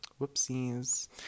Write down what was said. whoopsies